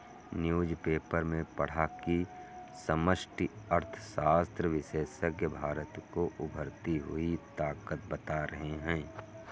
newspaper में पढ़ा की समष्टि अर्थशास्त्र विशेषज्ञ भारत को उभरती हुई ताकत बता रहे हैं